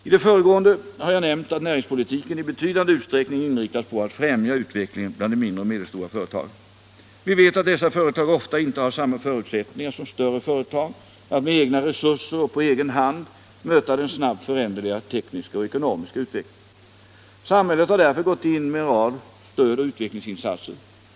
I det föregående har jag nämnt att näringspolitiken i betydande utsträckning inriktas på att främja utvecklingen bland de mindre och medelstora företagen. Vi vet att dessa företag ofta inte har samma förutsättningar som större företag att med egna resurser och på egen hand möta den snabbt föränderliga tekniska och ekonomiska utvecklingen. Samhället har därför gått in med en rad stödoch utvecklingsinsatser.